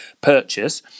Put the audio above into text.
purchase